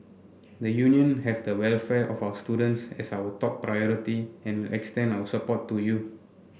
the Union have the welfare of our students as our top priority and will extend our support to you